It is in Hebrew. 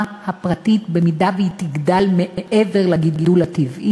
הפרטית במידה שהיא תגדל מעבר לגידול הטבעי,